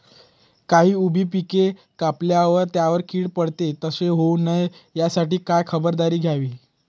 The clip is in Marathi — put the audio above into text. काही उभी पिके कापल्यावर त्यावर कीड पडते, तसे होऊ नये यासाठी काय खबरदारी घ्यावी?